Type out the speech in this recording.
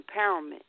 empowerment